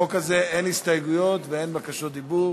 לחוק הזה אין הסתייגויות ואין בקשות דיבור.